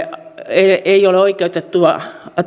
eivät ole oikeutettuja